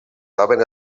troben